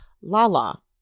Lala